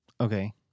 Okay